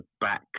back